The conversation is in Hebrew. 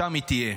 שם היא תהיה.